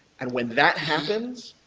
and when that happens,